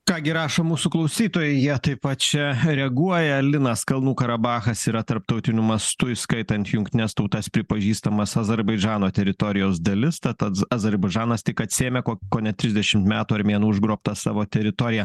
ką gi rašo mūsų klausytojai jie taip pat čia reaguoja linas kalnų karabachas yra tarptautiniu mastu įskaitant jungtines tautas pripažįstamas azerbaidžano teritorijos dalis tad adz azerbaidžanas tik atsiėmė ko kone trisdešimt metų armėnų užgrobtą savo teritoriją